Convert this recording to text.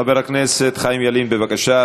חבר הכנסת חיים ילין, בבקשה.